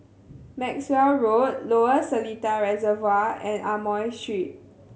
Maxwell Road Lower Seletar Reservoir and Amoy Street